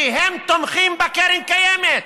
כי הם תומכים בקרן קיימת.